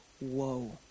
whoa